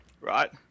right